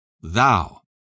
Thou